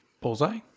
Bullseye